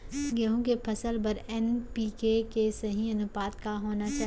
गेहूँ के फसल बर एन.पी.के के सही अनुपात का होना चाही?